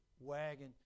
wagon